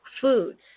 foods